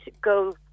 go